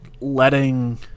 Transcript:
letting